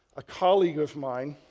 a colleague of mine,